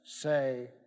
say